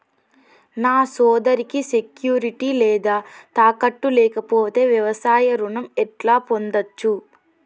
నా సోదరికి సెక్యూరిటీ లేదా తాకట్టు లేకపోతే వ్యవసాయ రుణం ఎట్లా పొందచ్చు?